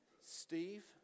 Steve